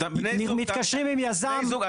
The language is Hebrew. מתקשרים עם יזם.